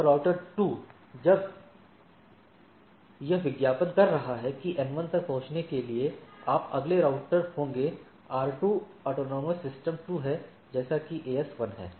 और राउटर 2 जब यह विज्ञापन कर रहा है कि एन 1 तक पहुंचने के लिए आप अगले राउटर होंगे आर 2 एएस एएस 2 है जैसा कि एएस 1 है